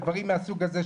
דברים מהסוג הזה,